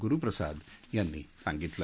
गुरुप्रसाद यांनी सांगितलं